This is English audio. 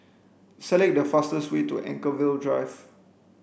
select the fastest way to Anchorvale Drive